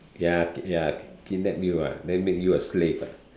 ya ya kidnap you ah then make you a slave ah